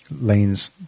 lanes